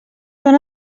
són